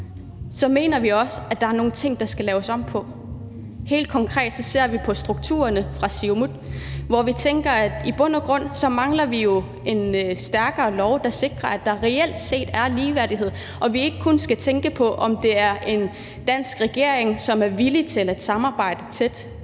mener vi også, at der er nogle ting, der skal laves om på. Helt konkret ser vi på strukturerne fra Siumuts side, hvor vi tænker, at vi i bund og grund mangler en stærkere lov, der sikrer, at der reelt set er ligeværdighed, og at vi ikke kun skal tænke på, om det er en dansk regering, som er villig til at samarbejde tæt